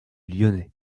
lyonnais